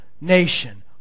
Nation